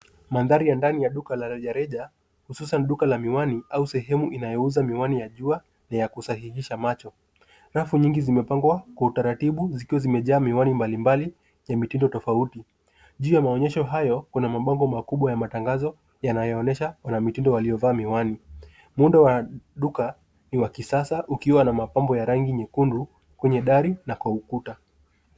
Mandhari ya ndani ya duka la rejareja, hususan duka la miwani au sehemu inayouza miwani ya jua na ya kusahihisha macho. Rafu nyingi zimepangwa kwa utaratibu zikiwa zimejaa miwani mbalimbali ya mitindo tofauti. Juu ya mabango hayo kuna mitindo tofauti ya matangazo yanaonyesha wanamitindo waliovaa miwani. Muundo wa duka ni wa kisasa ukiwa na mapambo ya rangi nyekundu kwenye dari na kwa ukuta.